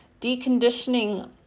deconditioning